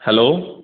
hello